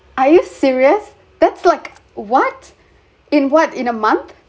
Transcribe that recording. are you serious that's like what in what in a month